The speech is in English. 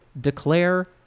declare